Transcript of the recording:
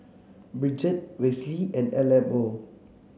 Bridgett Wesley and Imo